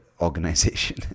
organization